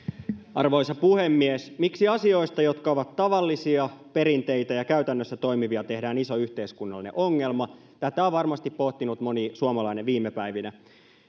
arvoisa puhemies miksi asioista jotka ovat tavallisia perinteitä ja käytännössä toimivia tehdään iso yhteiskunnallinen ongelma tätä on varmasti pohtinut moni suomalainen viime päivinä